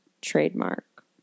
trademark